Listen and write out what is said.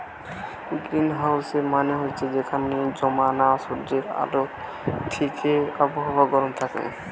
গ্রীনহাউসের মানে হচ্ছে যেখানে জমানা সূর্যের আলো থিকে আবহাওয়া গরম থাকে